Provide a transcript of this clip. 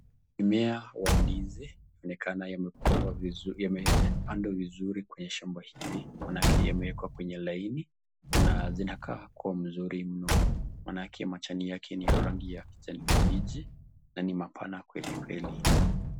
Mimea wa ndizi inaonekana yamepandwa vizuri kwenye shamba hili maanake wamewekwa kwenye laini na zinakaa kuwa mzuri mno, maanake majani yake ni ya rangi ya kijani kibichi na ni mapana kweli kweli.